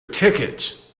ticket